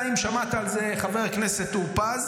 חבר הכנסת טור פז,